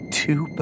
two